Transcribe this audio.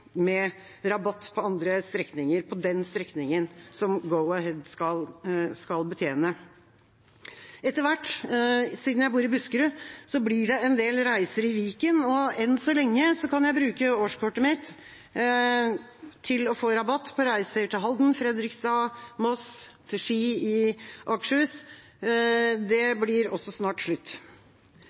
med rabatt på den strekningen. Siden jeg bor i Buskerud, blir det etter hvert en del reiser i Viken, og enn så lenge kan jeg bruke årskortet mitt til å få rabatt på reiser til Halden, Fredrikstad, Moss og Ski. Det blir det også snart slutt